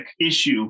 issue